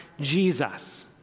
Jesus